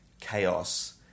chaos